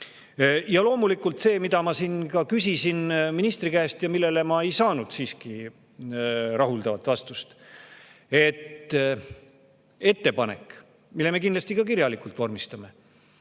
Ja loomulikult see, mille kohta ma siin küsisin ministri käest, aga ei saanud siiski rahuldavat vastust. Ettepanek, mille me kindlasti ka kirjalikult vormistame,